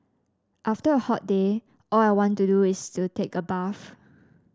after a hot day all I want to do is to take a bath